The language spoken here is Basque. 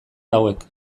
hauek